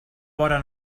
vora